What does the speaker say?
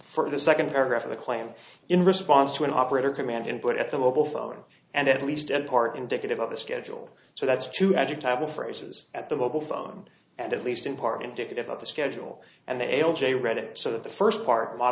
for the second paragraph of the claim in response to an operator command input at the mobile phone and at least in part indicative of the schedule so that's two adjectival phrases at the mobile phone and at least in part indicative of the schedule and they all j read it so that the first part